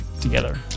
together